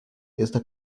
esta